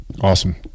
Awesome